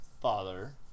father